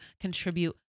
contribute